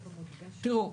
תראו,